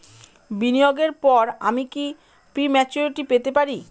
বিনিয়োগের পর আমি কি প্রিম্যচুরিটি পেতে পারি?